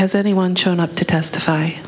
has anyone shown up to testify